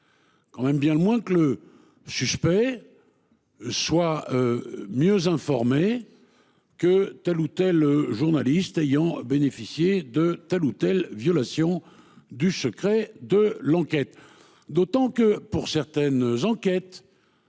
tout de même bien le moins que le suspect soit mieux informé que tel ou tel journaliste ayant bénéficié d'une violation du secret de l'enquête, d'autant que certains organes